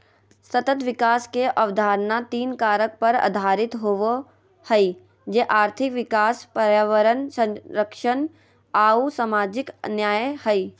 सतत विकास के अवधारणा तीन कारक पर आधारित होबो हइ, जे आर्थिक विकास, पर्यावरण संरक्षण आऊ सामाजिक न्याय हइ